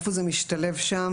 איפה זה משתלב שם,